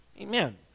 Amen